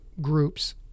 groups